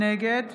נגד